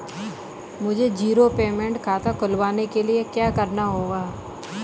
मुझे zero payment खाता खुलवाने के लिए क्या करना होगा?